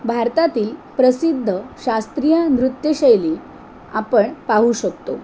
भारतातील प्रसिद्ध शास्त्रीय नृत्यशैली आपण पाहू शकतो